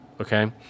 okay